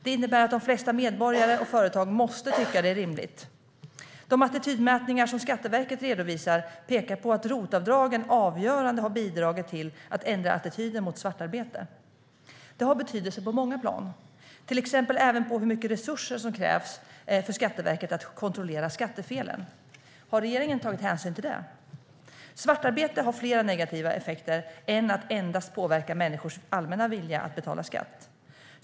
Det innebär att de flesta medborgare och företag måste tycka att det är rimligt. De attitydmätningar som Skatteverket redovisar pekar på att ROT-avdragen avgörande har bidragit till att ändra attityden till svartarbete. Det har betydelse på många plan, till exempel även för hur mycket resurser som krävs till Skatteverkets kontroll av skattefelen. Har regeringen tagit hänsyn till det? Svartarbete har flera negativa effekter än att endast påverka människors allmänna vilja att betala skatt.